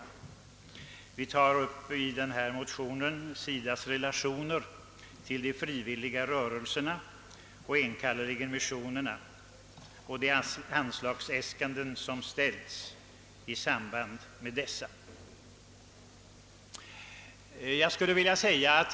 Vi tar i motionen upp SIDA:s relationer till dessa frivilliga organisationer och de anslagsäskanden SIDA gör i samband med dessa.